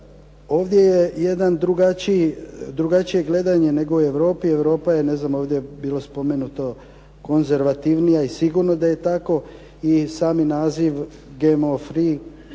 je jedno drugačije gledanje nego u Europi. Europa je, ovdje je bilo spomenuto, konzervativnija i sigurno da je tako i sami naziv "GMO